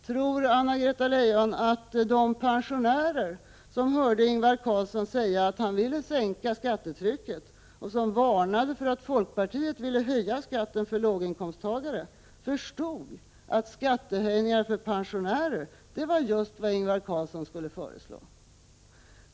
Tror Anna-Greta Leijon att de pensionärer som hörde Ingvar Carlsson säga att han ville sänka skattetrycket och som varnade för att folkpartiet ville höja skatten för låginkomsttagare, förstod att skattehöjningar för pensionärer var just vad Ingvar Carlsson skulle föreslå?